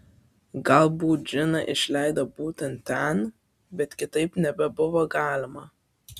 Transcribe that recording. galbūt džiną išleido būtent ten bet kitaip nebebuvo galima